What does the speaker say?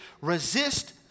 resist